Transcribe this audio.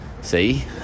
See